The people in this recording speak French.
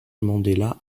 mandela